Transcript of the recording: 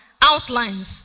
outlines